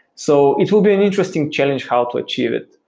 so it will be an interesting challenge how to achieve it,